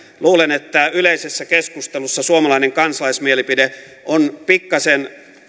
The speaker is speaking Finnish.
luulen että yleisessä keskustelussa suomalainen kansalaismielipide on pikkasen